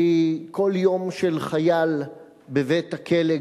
כי כל יום של חייל בבית-הכלא,